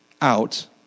out